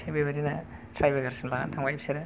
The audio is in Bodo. थिग बेबादिनो टाइ ब्रेकार सिम लानानै थांबाय बिसोरो